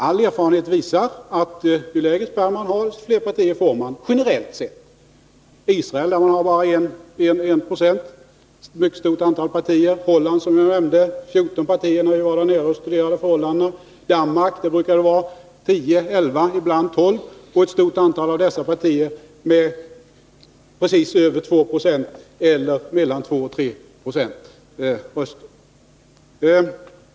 All erfarenhet visar att ju lägre spärren är, desto fler partier får man, generellt sett. I Israel, där spärren ligger vid 1 96, har man ett mycket stort antal partier. Holland hade, som jag nämnde, 14 partier när vi var där och studerade förhållandena. I Danmark brukar det vara 10 eller 11, ibland 12 partier, och flera av dessa har precis över 2 9o eller mellan 2 och 3 Zo av rösterna.